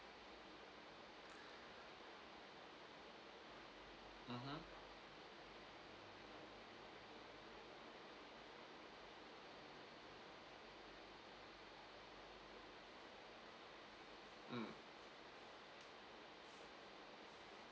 mmhmm mm